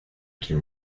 quien